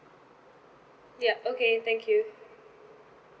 yup okay thank you